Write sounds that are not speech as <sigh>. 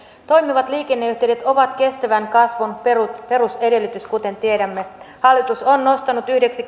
toimivat liikenneyhteydet ovat kestävän kasvun perusedellytys kuten tiedämme hallitus on nostanut yhdeksi <unintelligible>